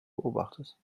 beobachtet